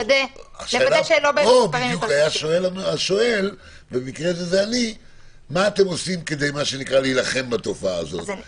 לכן אני שואל מה אתם עושים כדי להילחם בתופעה הזאת?